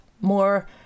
more